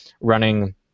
running